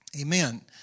Amen